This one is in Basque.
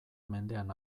mendean